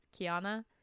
Kiana